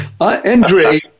Andre